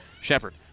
Shepard